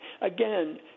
again